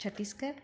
Chhattisgarh